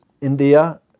India